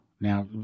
Now